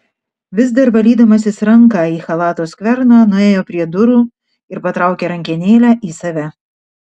vis dar valydamasis ranką į chalato skverną nuėjo prie durų ir patraukė rankenėlę į save